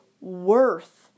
worth